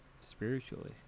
spiritually